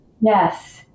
Yes